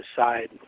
aside